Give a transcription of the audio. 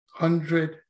hundred